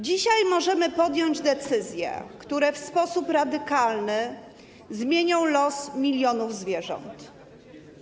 Dzisiaj w Sejmie możemy podjąć decyzje, które w sposób radykalny zmienią los milionów zwierząt.